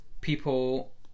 people